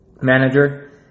manager